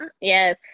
yes